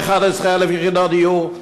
11,000 יחידות דיור,